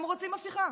הם רוצים הפיכה.